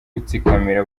gutsikamira